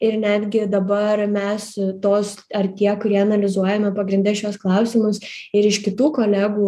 ir netgi dabar mes tos ar tie kurie analizuojame pagrinde šiuos klausimus ir iš kitų kolegų